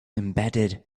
embedded